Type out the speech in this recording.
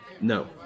No